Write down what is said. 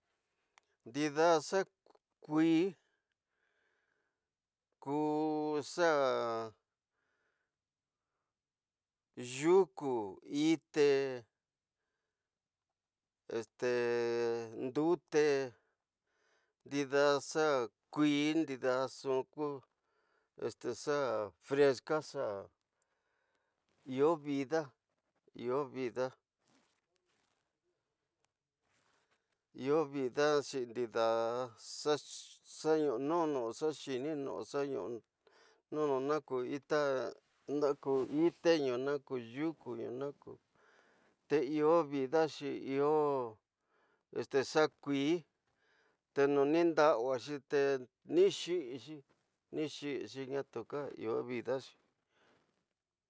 Ndida xa kui, ku xa yuku, ite estendute, ndute ndida xa kuxi, ndida nxu ku xa fresca iyo vida, iyo vida. Xin ndida xa ñunu sonu, xa xininu oxa ñunun no na nxu ita nda ku ite nu, ñaku yuxunu, te iyo vida xi iyo este xa kute no minda suaxi te chi xixi ña tu ka iyo vida xi.